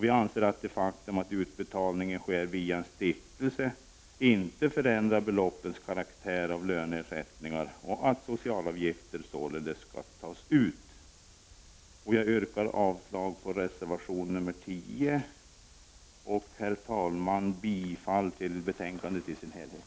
Vi anser att det faktum att utbetalningarna sker via en stiftelse inte förändrar beloppens karaktär av löneersättningar och att socialavgifter således skall tas ut. Herr talman! Jag yrkar avslag på reservation nr 10. I övrigt yrkar jag bifall till utskottets hemställan i betänkandet i sin helhet.